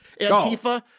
Antifa